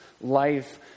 life